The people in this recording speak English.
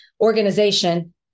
organization